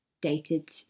dated